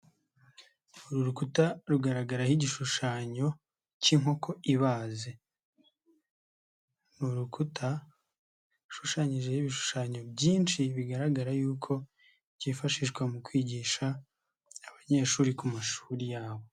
Uru rukuta rugaragaraho igishushanyo cy'inkoko ibaze, ni urukuta rushushanyijeho ibishushanyo byinshi bigaragara y'uko byifashishwa mu kwigisha abanyeshuri ku mashuri yabo.